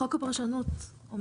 חוק הפרשנות.